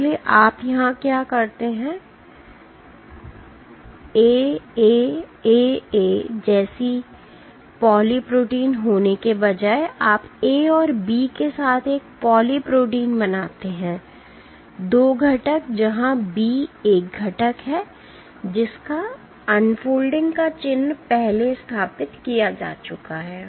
इसलिए आप यहां क्या करते हैं A A A A जैसे पॉली प्रोटीन होने के बजाय आप A और B के साथ एक पॉली प्रोटीन बनाते हैं 2 घटक जहां B एक घटक है जिसका अनफोल्डिंग का चिन्ह पहले स्थापित किया जा चुका है